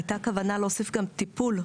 הייתה כוונה להוסיף גם טיפול.